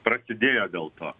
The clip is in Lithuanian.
prasidėjo dėl to